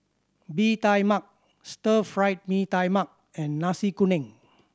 Bee Tai Mak Stir Fried Mee Tai Mak and Nasi Kuning